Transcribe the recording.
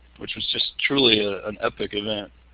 which was just truly ah an epic event.